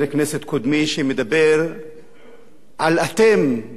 שמדבר על "אתם" ועל הערבים,